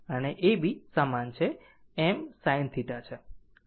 અને A B સમાન છે m sin θ છે